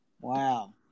Wow